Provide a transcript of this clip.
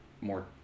more